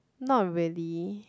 not really